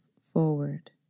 forward